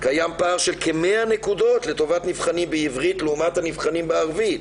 קיים פער של כ-100 נקודות לטובת נבחנים בעברית לעומת הנבחנים בערבית.